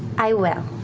i will.